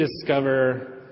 discover